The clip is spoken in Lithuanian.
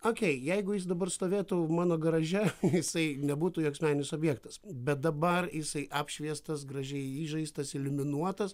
okei jeigu jis dabar stovėtų mano garaže jisai nebūtų joks meninis objektas bet dabar jisai apšviestas gražiai įžaistas iliuminuotas